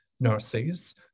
nurses